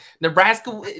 Nebraska